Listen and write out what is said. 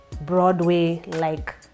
Broadway-like